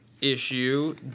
issue